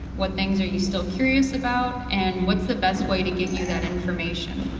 what things are you still curious about, and what's the best way to get you that information.